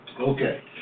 Okay